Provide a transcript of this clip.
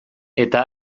eta